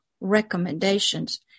recommendations